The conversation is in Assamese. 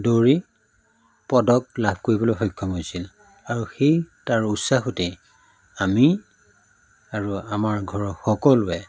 দৌৰি পদক লাভ কৰিবলৈ সক্ষম হৈছিল আৰু সেই তাৰ উৎসাহতে আমি আৰু আমাৰ ঘৰৰ সকলোৱে